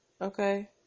Okay